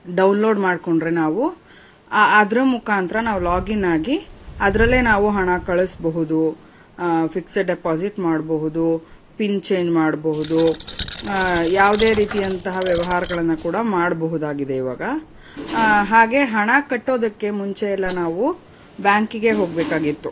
download ಮಾಡ್ಕೊಂಡ್ರೆ ನಾವು ಆ ಅದರ ಮುಖಾಂತರ ನಾವು ಲಾಗಿನ್ ಆಗಿ ಅದರಲ್ಲೇ ನಾವು ಹಣ ಕಳಿಸ್ಬಹುದು ಫಿಕ್ಸೆಡ್ ಡೆಪಾಸಿಟ್ ಮಾಡಬಹುದು ಪಿನ್ ಚೇಂಜ್ ಮಾಡಬಹುದು ಯಾವುದೇ ರೀತಿಯಂತಹ ವ್ಯವಹಾರಗಳನ್ನ ಕೂಡ ಮಾಡಬಹುದಾಗಿದೆ ಇವಾಗ ಹಾಗೆ ಹಣ ಕಟ್ಟೋದಕ್ಕೆ ಮುಂಚೆ ಎಲ್ಲ ನಾವು ಬ್ಯಾಂಕಿಗೇ ಹೋಗಬೇಕಾಗಿತ್ತು